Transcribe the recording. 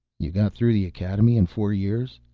you got through the academy in four years?